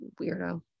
weirdo